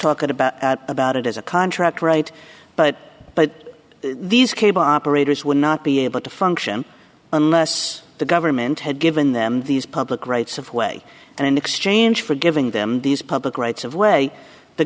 talk about about it as a contract right but but these cable operators would not be able to function unless the government had given them these public rights of way and in exchange for giving them these public rights of way the